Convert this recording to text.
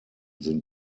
sind